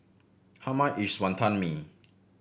how much is Wantan Mee